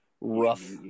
rough